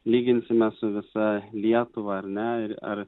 lyginsime su visa lietuva ar ne ir ar